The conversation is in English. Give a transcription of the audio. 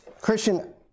Christian